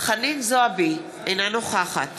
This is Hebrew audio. חנין זועבי, אינה נוכחת